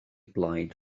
blaid